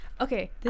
Okay